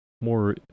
more